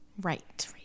Right